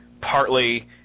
partly